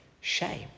shame